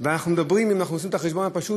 ואנחנו מדברים אם אנחנו עושים את החשבון הפשוט,